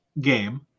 game